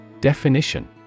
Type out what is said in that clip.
Definition